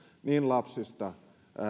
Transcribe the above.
lapsista